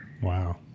Wow